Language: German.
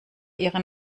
ihre